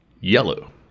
yellow